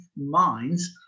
minds